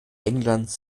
englands